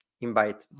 invite